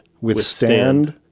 withstand